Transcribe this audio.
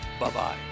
Bye-bye